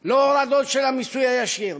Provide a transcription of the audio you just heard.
לא הורדות של המיסוי הישיר.